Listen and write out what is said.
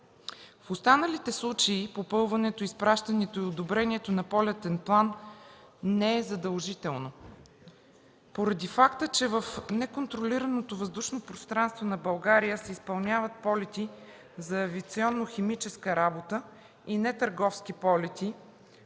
В останалите случаи попълването, изпращането и одобрението на полетен план не е задължително. Поради факта, че в неконтролираното въздушно пространство на България се изпълняват полети за авиационно химическа работа и нетърговски полети